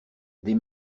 des